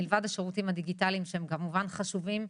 מלבד השירותים הדיגיטליים שהם כמובן חשובים,